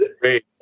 Great